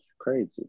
crazy